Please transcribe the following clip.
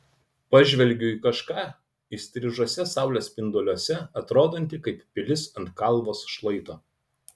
pažvelgiu į kažką įstrižuose saulės spinduliuose atrodantį kaip pilis ant kalvos šlaito